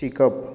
शिकप